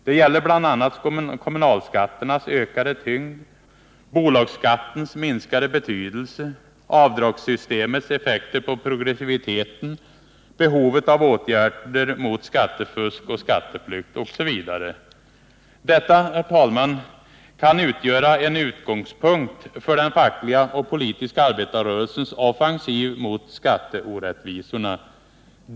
Det gäller bl.a. kommunalskatternas ökade tyngd, bolagsskattens minskade betydelse, avdragssystemets effekter på progressiviteten, behovet av åtgärder mot skattefusk och skatteflykt osv. Detta kan utgöra en utgångspunkt för den fackliga och politiska arbetarrörelsens offensiv mot skatteorättvisorna.